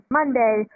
Monday